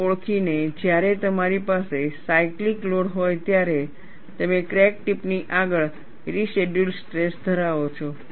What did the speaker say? અને ઓળખીને જ્યારે તમારી પાસે સાયકલીક લોડ હોય ત્યારે તમે ક્રેક ટિપની આગળ રેસિડયૂઅલ સ્ટ્રેસ ધરાવો છો